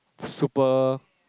super